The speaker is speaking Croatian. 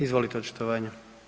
Izvolite, očitovanje.